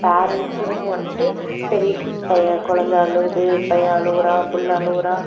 பேரண்ட்ஸும் வந்துட்டு சரி பையன் குலந்த அழுகுது பையன் அழுவுறான் பிள்ள அழுவுறா